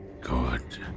God